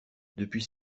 depuis